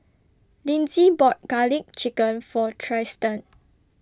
Linzy bought Garlic Chicken For Trystan